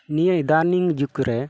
ᱱᱤᱭᱟᱹ ᱮᱫᱟᱱᱤᱝ ᱡᱩᱜᱽ ᱨᱮ